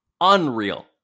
unreal